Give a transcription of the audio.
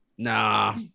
Nah